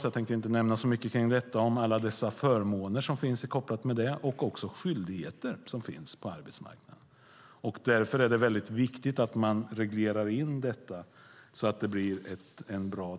Därför tänker jag inte säga så mycket om alla de förmåner och som är kopplade till dem, och det finns också skyldigheter på arbetsmarknaden. Därför är det mycket viktigt att man reglerar detta så att det blir bra.